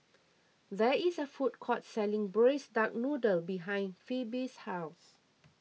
there is a food court selling Braised Duck Noodle behind Phebe's house